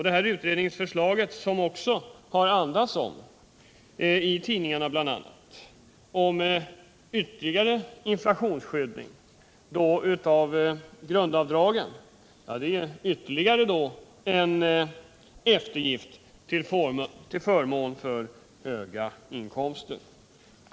Det utredningsförslag om ytterligare inflationsskydd, som bl.a. enligt tidningarna skall läggas fram och som i det fallet skulle gälla grundavdragen, innebär ju ytterligare en eftergift till förmån för höginkomsttagarna.